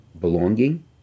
belonging